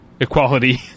equality